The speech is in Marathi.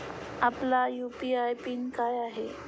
आपला यू.पी.आय पिन काय आहे?